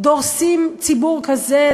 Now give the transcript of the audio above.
דורסים ציבור כזה,